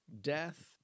death